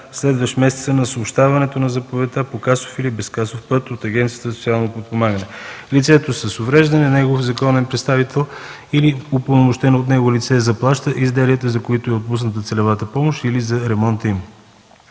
следващ месеца на съобщаването на заповедта по касов или безкасов път от Агенцията за социално подпомагане. Лицето с увреждане, негов законен представител или упълномощено от него лице заплаща изделията, за които е отпусната целевата помощ или за ремонта им.